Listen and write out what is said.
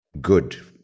good